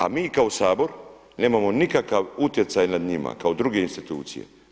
A mi kao Sabor nemamo nikakav utjecaj nad njima kao druge institucije.